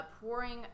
pouring